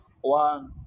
One